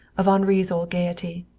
of henri's old gayety.